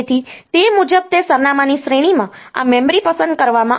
તેથી તે મુજબ તે સરનામાની શ્રેણીમાં આ મેમરી પસંદ કરવામાં આવશે